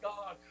God